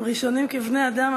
אם ראשונים כבני-אדם,